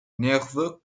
nerveux